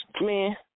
man